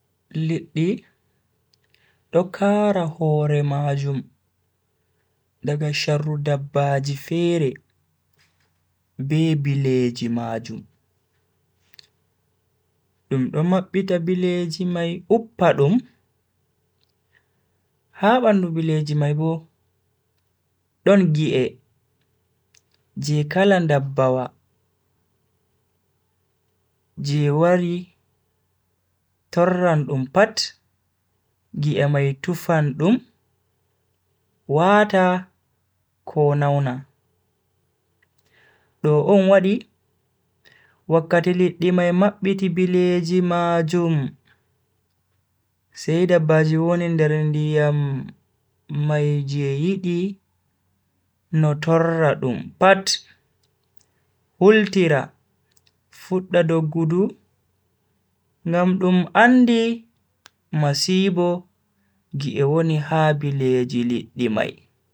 Liddi do kaara hore majum daga sharru dabbaaji fere be bileeji majum. Dum do mabbita bileeji mai uppa dum, ha bandu bileeji mai bo, don gi'e je kala ndabbawa je wari torran dum pat, gi'e mai tufan dum waata ko nauna. Do on wadi wakkati liddi mai mabbiti bileeji majum, sai dabbaji woni nder ndiyam mai je yidi yaha no torra dum pat hultira fudda doggudu ngam dum andi masibo gi'e woni ha bileeji liddi mai.